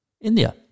India